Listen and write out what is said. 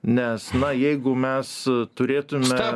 nes na jeigu mes turėtume